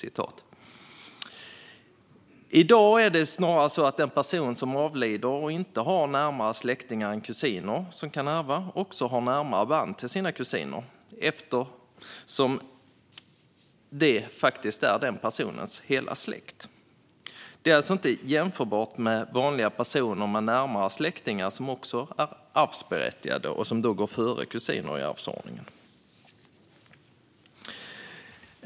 I dag är det snarare så att den person som avlider och inte har närmare släktingar än kusiner som kan ärva också har närmare band till sina kusiner eftersom det faktiskt är den personens hela släkt. Det är alltså inte jämförbart med personer som har närmare släktingar som också är arvsberättigade och som då går före kusiner i arvsordningen.